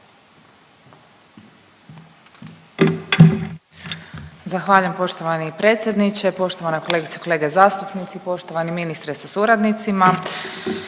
Zahvaljujem poštovani predsjedniče. Poštovane kolegice i kolege zastupnici, poštovani ministre sa suradnicima.